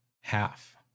half